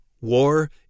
War